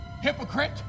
Hypocrite